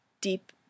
deep